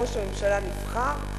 ראש הממשלה הנבחר,